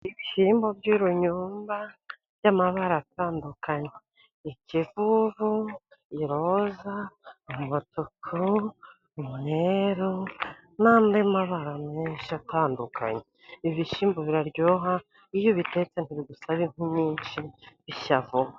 ibishyimbo by'urunyumba by'amabara atandukanye. Ikivuvu, iroza, umutuku, umweru n'andi mabara menshi atandukanye. Ibishyimbo biraryoha, iyo ubitetse ntibigusaba inkwi nyinshi bishya vuba .